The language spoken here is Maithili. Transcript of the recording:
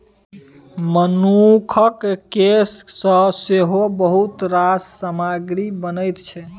मनुखक केस सँ सेहो बहुत रास सामग्री बनैत छै